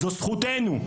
זו זכותנו.